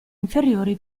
inferiori